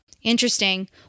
interesting